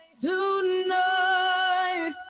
Tonight